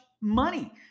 money